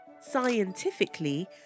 Scientifically